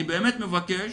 אני באמת מבקש